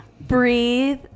breathe